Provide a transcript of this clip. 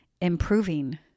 improving